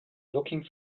looking